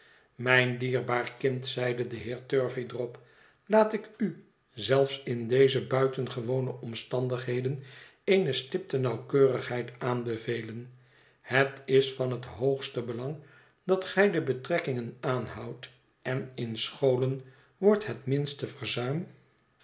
mijn dierbaar kind zeide de heer turveydrop laat ik u zelfs in deze buitengewone omstandigheden eene stipte nauwkeurigheid aanbevelen het is van het hoogste belang dat gij de betrekkingen aanhoudt en in scholen wordt het minste verzuim